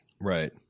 right